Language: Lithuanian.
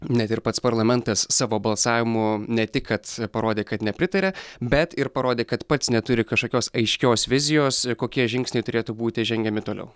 net ir pats parlamentas savo balsavimu ne tik kad parodė kad nepritaria bet ir parodė kad pats neturi kažkokios aiškios vizijos kokie žingsniai turėtų būti žengiami toliau